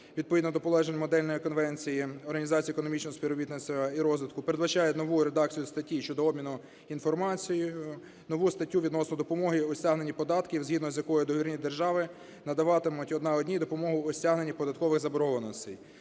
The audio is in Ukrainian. економічного співробітництва і розвитку, передбачає нову редакцію статті щодо обміну інформацією, нову статтю відносно допомоги у стягненні податків, згідно з якою довірені держави надаватимуть одна одній допомогу у стягненні податкових заборгованостей.